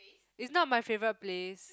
it's not my favourite place